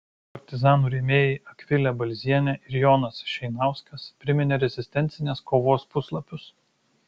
partizanų rėmėjai akvilė balzienė ir jonas šeinauskas priminė rezistencinės kovos puslapius